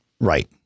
Right